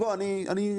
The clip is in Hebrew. אז בוא, אני מבין.